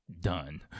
done